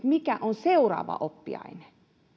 mikä on seuraava oppiaine